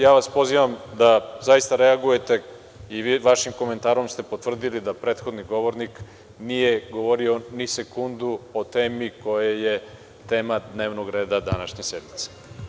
Ja vas pozivam da reagujete i vi i vašim komentarom ste potvrdili da prethodni govornik nije govorio ni sekundu o temu koja je tema dnevnog redadanašnje sednice.